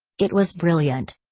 it was brilliant.